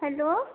hello